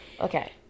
Okay